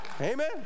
Amen